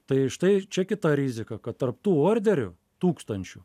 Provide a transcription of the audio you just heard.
tai štai čia kita rizika kad tarp tų orderiu tūkstančių